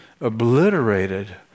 obliterated